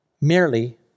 merely